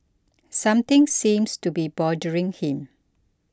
something seems to be bothering him